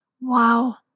Wow